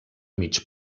mig